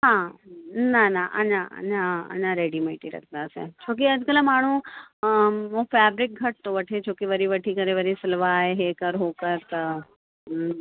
हा न न अञा अञा रेडिमेड ई रखंदासीं छोकी अॼु कल्ह माण्हू फैब्रिक घटि वठे छोकी वठी करे वरी सिलवाए इहे कर हो कर